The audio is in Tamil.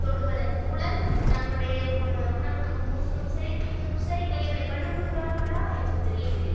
தொடுவதன் மூலம் தங்களுடைய உ உணவுக்கு முன்னும் சரி பின்னும் சரி கைகளை கழுவுகிறார்களா என்று தெரியவில்லை